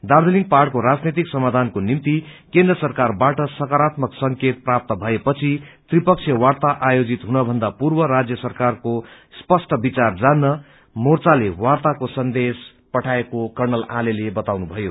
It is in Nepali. दार्जीलिङ पहाड़को राजनैतिक समाधानको निम्ति केन्द्र सरकारवाट सकारात्मक संकेत प्राप्त भएपछि त्रिपक्षीय वार्ता आयोजित हुनभन्दा पूर्व राज्य सरकारको स्पष्ट विचार जान्न मोर्चाले वार्ताले सन्देश पठाएको कर्णत आलेले बताउनुभयो